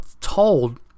told